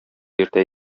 йөртә